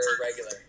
regular